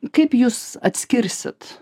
kaip jūs atskirsit